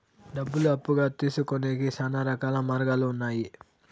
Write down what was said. డబ్బులు అప్పుగా తీసుకొనేకి శ్యానా రకాల మార్గాలు ఉన్నాయి